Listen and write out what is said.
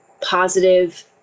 positive